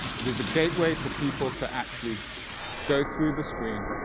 it is a gateway for people to actually go through the screen,